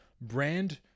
brand